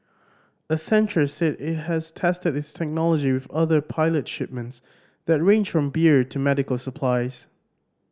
accenture said it has tested its technology with other pilot shipments that range from beer to medical supplies